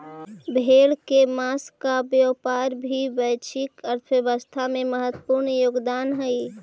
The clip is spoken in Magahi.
भेड़ के माँस का व्यापार भी वैश्विक अर्थव्यवस्था में महत्त्वपूर्ण योगदान हई